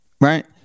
right